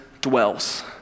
dwells